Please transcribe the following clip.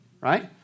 Right